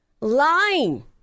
Lying